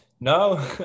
no